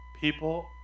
people